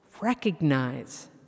recognize